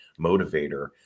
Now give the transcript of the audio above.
motivator